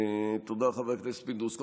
תודה, חבר הכנסת פינדרוס.